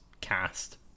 cast